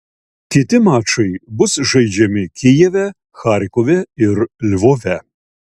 kiti mačai bus žaidžiami kijeve charkove ir lvove